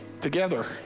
together